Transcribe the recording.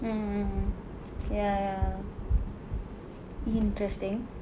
mm ya ya interesting